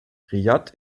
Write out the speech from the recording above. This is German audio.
riad